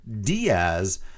Diaz